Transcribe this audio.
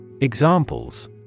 Examples